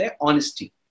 honesty